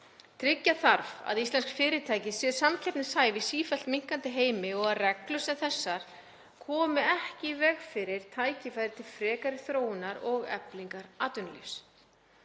Tryggja þarf að íslensk fyrirtæki séu samkeppnishæf í sífellt minnkandi heimi og að reglur sem þessar komi ekki í veg fyrir tækifæri til frekari þróunar og eflingar atvinnulífs.